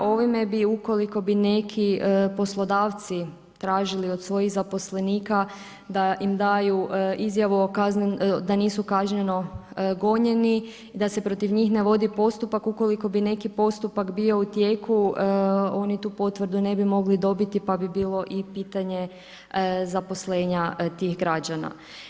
Ovime bi, ukoliko bi neki poslodavci tražili od svojih zaposlenika da im daju izjavu da nisu kažnjeno gonjeni, da se protiv njih ne vodi postupak, ukoliko bi neki postupak bio u tijeku, oni tu potvrdu ne bi mogli dobiti pa bi bilo i pitanje zaposlenja tih građana.